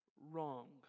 wrong